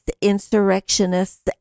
insurrectionists